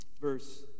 verse